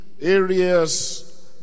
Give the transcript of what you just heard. areas